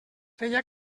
feia